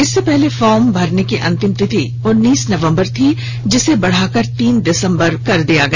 इससे पहले फॉर्म भरने की अंतिम तिथि उन्नीस नवंबर थी जिसे बढ़ाकर तीन दिसंबर कर दिया गया